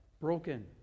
Broken